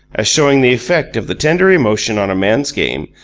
as showing the effect of the tender emotion on a man's game,